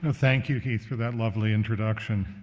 thank you, keith, for that lovely introduction.